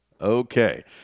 Okay